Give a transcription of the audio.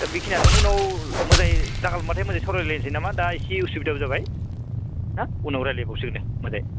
दा बिखिनियानो उनाव मोजाङै लागालमोनबाथाय मोजाङै सावरायलायनोसै नामा दा इसे असुबिदाबो जाबाय ना उनाव रायज्लायबावसिगोन दे मोजाङै